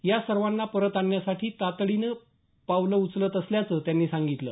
या सर्वांना परत आणण्यासाठी तातडीनं पावलं उचलत असल्याचं त्यांनी सांगितलं